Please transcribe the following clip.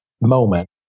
moment